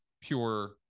pure